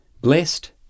Blessed